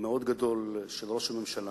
מאוד גדול של ראש הממשלה,